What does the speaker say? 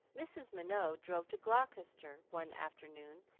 mrs. minot drove to gloucester one afternoon,